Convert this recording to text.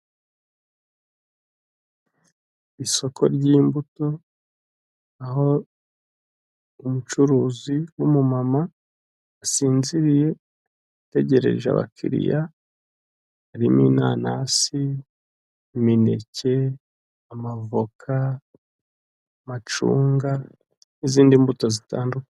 Isoko ry'imbuto aho umucuruzi w'umumama asinziriye utegereje abakiriya. Harimo inanasi, imineke, amavoka, amacunga n'izindi mbuto zitandukanye.